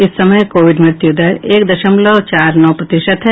इस समय कोविड मृत्युदर एक दशमलव चार नौ प्रतिशत है